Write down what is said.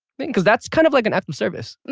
because that's kind of like an act of service. and